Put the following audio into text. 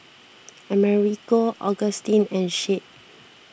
Americo Augustin and Shade